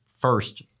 first